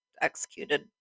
executed